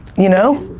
you know?